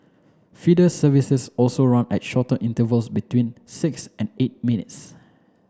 feeder services also run at shorter intervals between six and eight minutes